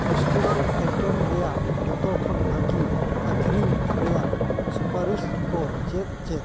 festival items ᱨᱮᱱᱟᱜ ᱡᱷᱚᱛᱚ ᱠᱷᱚᱱ ᱵᱷᱟᱹᱜᱤ ᱟᱹᱠᱷᱨᱤᱧ ᱨᱮᱱᱟᱜ ᱥᱩᱯᱟᱨᱤᱥᱠᱚ ᱪᱮᱫ ᱪᱮᱫ